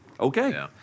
Okay